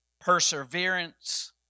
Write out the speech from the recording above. perseverance